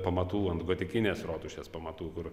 pamatų ant gotikinės rotušės pamatų kur